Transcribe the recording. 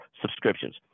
subscriptions